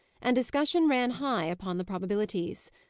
and discussion ran high upon the probabilities.